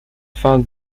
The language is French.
fin